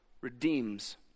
redeems